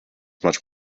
much